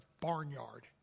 barnyard